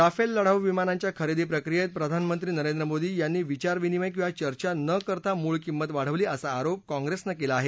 Rafale लढाऊविमानांच्या खरेदीप्रक्रियेत प्रधानमंत्री नरेंद्र मोदी यांनी विचार विनिमय किंवा चर्चा न करता मूळ किंमत वाढवली असा आरोप काँग्रेसनं केला आहे